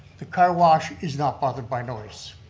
the car wash is not bothered by noise.